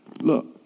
Look